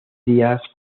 días